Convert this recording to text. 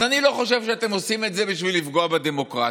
אז אני לא חושב שאתם עושים את זה בשביל לפגוע בדמוקרטיה,